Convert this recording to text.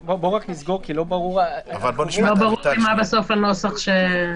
לא ברור לי מה בסוף הנוסח.